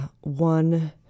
one